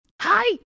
Hi